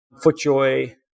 Footjoy